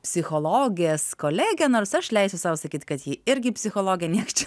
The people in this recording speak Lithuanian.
psichologės kolegė nors aš leisiu sau sakyt kad ji irgi psichologė nieks čia